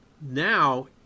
Now